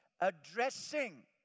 addressing